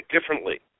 differently